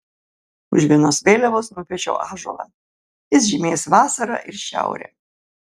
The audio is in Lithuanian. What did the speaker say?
už vienos vėliavos nupiešiau ąžuolą jis žymės vasarą ir šiaurę